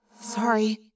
Sorry